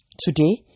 Today